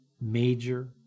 major